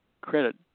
credit